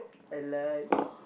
I like